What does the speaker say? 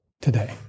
today